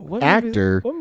actor